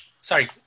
sorry